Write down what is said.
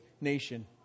nation